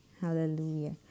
Hallelujah